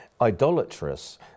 idolatrous